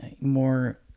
more